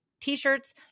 T-shirts